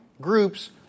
groups